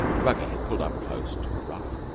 the buggy had pulled up close to a rough,